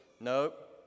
Nope